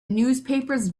newspapers